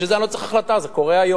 בשביל זה אני לא צריך החלטה, זה קורה היום.